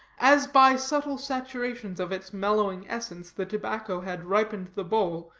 as by subtle saturations of its mellowing essence the tobacco had ripened the bowl,